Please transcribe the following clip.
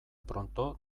pronto